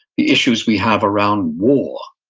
the issues we have around war.